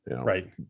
right